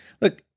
Look